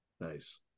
Nice